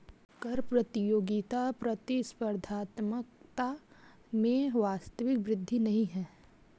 कर प्रतियोगिता प्रतिस्पर्धात्मकता में वास्तविक वृद्धि नहीं है